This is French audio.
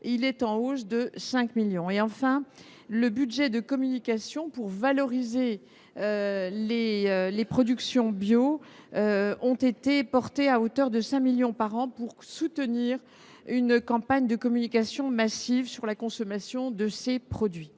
il est en hausse de 5 millions. Enfin, le budget de communication pour valoriser les productions bio a été porté à 5 millions d’euros par an pour soutenir une campagne de communication massive sur la consommation de ces produits.